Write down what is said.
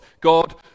God